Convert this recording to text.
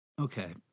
Okay